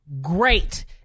great